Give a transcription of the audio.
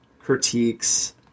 critiques